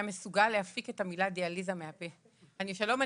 מסוגל להפיק את המילה דיאליזה מהפה: שלום,